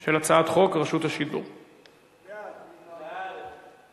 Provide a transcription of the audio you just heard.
של הצעת חוק רשות השידור (תיקון מס'